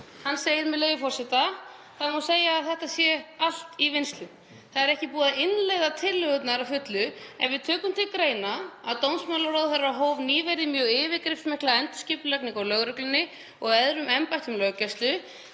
Hann segir, með leyfi forseta: „Það má segja að þetta sé allt í vinnslu. Það er ekki búið að innleiða tillögurnar en við tökum til greina að dómsmálaráðherra hóf nýverið mjög yfirgripsmikla endurskipulagningu á lögreglunni og öðrum embættum löggæslu.